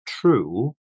true